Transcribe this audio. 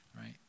right